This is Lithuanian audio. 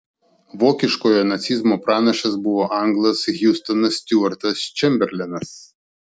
vokiškojo nacizmo pranašas buvo anglas hiustonas stiuartas čemberlenas